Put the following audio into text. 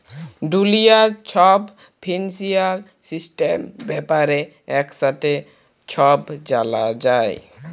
দুলিয়ার ছব financial system ব্যাপারে একসাথে ছব জালা যায়